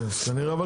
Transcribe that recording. אבל כנראה,